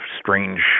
strange